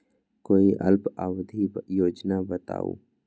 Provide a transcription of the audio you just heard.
कोई अल्प अवधि योजना बताऊ?